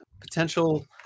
Potential